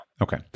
Okay